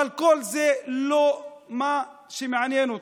אבל כל זה לא מה שמעניין אותו.